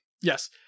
Yes